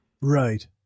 Right